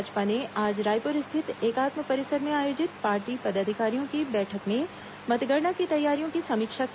भाजपा ने आज रायपुर स्थित एकात्म परिसर में आयोजित पार्टी पदाधिकारियों की बैठक में मतगणना की तैयारियों की समीक्षा की